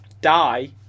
die